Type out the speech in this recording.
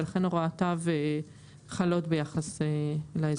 ולכן הוראותיו חלות ביחס לאזור.